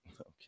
Okay